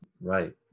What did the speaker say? Right